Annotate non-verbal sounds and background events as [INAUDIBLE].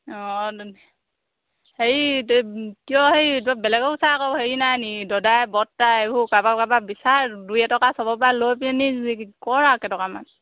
অঁ হেয়ি [UNINTELLIGIBLE] কিয় হেৰি বেলেগত চা আকৌ হেৰি নাই নেকি দদাই বৰতা এইবোৰ কাৰোবাৰক কাৰোবাক বিচাৰি দুই এটকা চবৰে পৰাই লৈ পিনি কৰ আৰু কেইটকামান